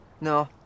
no